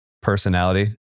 personality